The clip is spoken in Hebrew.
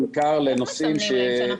אתה דיברת במתווה על 1,400 מאומתים שזה חלק מהמדד?